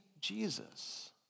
Jesus